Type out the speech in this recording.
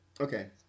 Okay